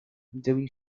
doing